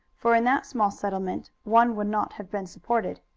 for in that small settlement one would not have been supported.